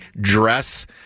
dress